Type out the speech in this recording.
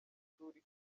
ishuri